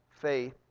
faith